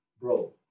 bro